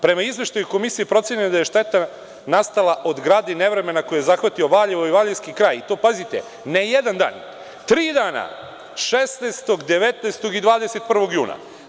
Prema izveštaju komisije i procenjeno je da je šteta nastala od grada i nevremena koje je zahvatilo Valjevo i valjevski kraj i to pazite, ne jedan dan, tri dana, 16, 19. i 21. juna.